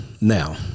Now